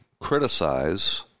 criticize